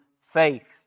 faith